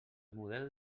model